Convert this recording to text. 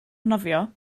nofio